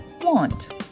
want